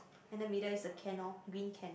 then the middle is the can loh green can